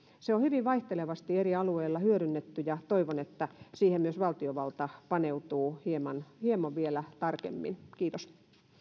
se on hyvin vaihtelevasti eri alueilla hyödynnetty ja toivon että siihen myös valtiovalta paneutuu hieman hieman vielä tarkemmin kiitos